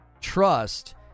trust